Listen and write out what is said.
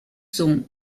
sont